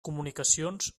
comunicacions